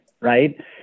right